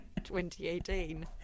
2018